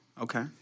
Okay